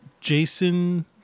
Jason